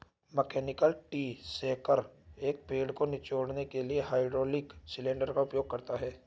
mechanical tree shaker, एक पेड़ को निचोड़ने के लिए हाइड्रोलिक सिलेंडर का उपयोग करता है